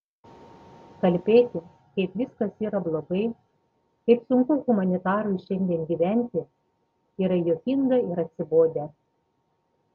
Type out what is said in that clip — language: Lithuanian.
kalbėti kaip viskas yra blogai kaip sunku humanitarui šiandien gyventi yra juokinga ir atsibodę